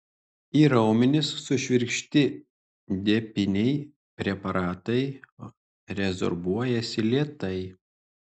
į raumenis sušvirkšti depiniai preparatai rezorbuojasi lėtai